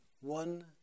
one